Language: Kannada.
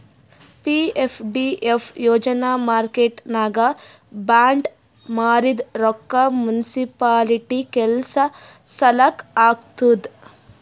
ಪಿ.ಎಫ್.ಡಿ.ಎಫ್ ಯೋಜನಾ ಮಾರ್ಕೆಟ್ನಾಗ್ ಬಾಂಡ್ ಮಾರಿದ್ ರೊಕ್ಕಾ ಮುನ್ಸಿಪಾಲಿಟಿ ಕೆಲ್ಸಾ ಸಲಾಕ್ ಹಾಕ್ತುದ್